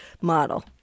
model